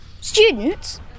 students